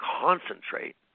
concentrate